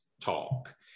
talk